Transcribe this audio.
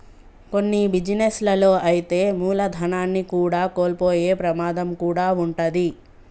కొన్ని బిజినెస్ లలో అయితే మూలధనాన్ని కూడా కోల్పోయే ప్రమాదం కూడా వుంటది